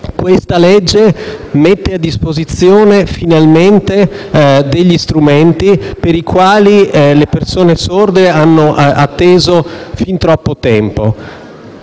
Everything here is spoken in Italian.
ad approvare mette a disposizione finalmente strumenti per i quali le persone sorde hanno atteso fin troppo tempo.